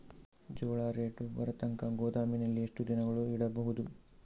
ಜೋಳ ರೇಟು ಬರತಂಕ ಗೋದಾಮಿನಲ್ಲಿ ಎಷ್ಟು ದಿನಗಳು ಯಿಡಬಹುದು?